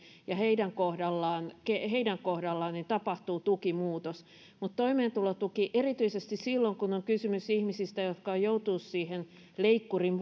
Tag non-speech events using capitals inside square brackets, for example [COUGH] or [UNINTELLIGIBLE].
ja heidän kohdallaan heidän kohdallaan tapahtuu tukimuutos mutta toimeentulotuki erityisesti silloin kun on kysymys ihmisistä jotka ovat joutuneet siihen leikkurin [UNINTELLIGIBLE]